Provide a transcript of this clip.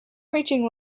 reaching